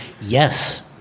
Yes